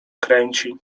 kręci